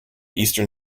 eastern